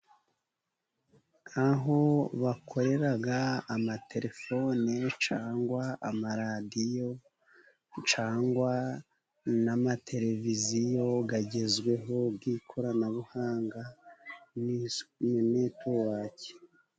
Aho bakorera amatelefone cyangwa amaradiyo cyagwa na mateleviziyo, agezweho y'ikoranabuhanga na netiwake.